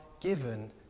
given